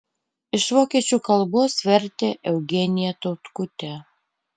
iš vokiečių kalbos vertė eugenija tautkutė